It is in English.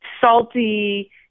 salty